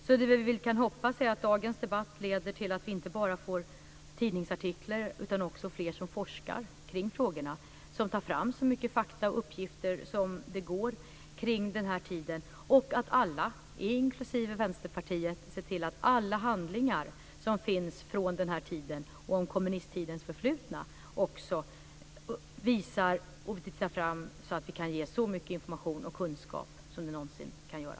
Det som vi kan hoppas är att dagens debatt leder till att det inte bara skrivs fler tidningsartiklar utan också att det blir fler som forskar kring dessa frågor, och att det tas fram så mycket fakta och uppgifter som det går att ta fram om den här tiden. Jag hoppas också att alla, inklusive Vänsterpartiet, ser till att alla handlingar från den här tiden om kommunisttidens förflutna visas fram så att vi kan ge så mycket information och kunskap som vi någonsin kan göra.